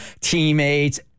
teammates